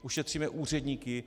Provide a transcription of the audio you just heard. Ušetříme úředníky.